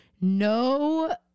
no